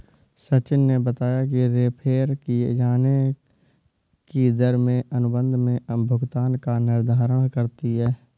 सचिन ने बताया कि रेफेर किये जाने की दर में अनुबंध में भुगतान का निर्धारण करती है